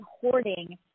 hoarding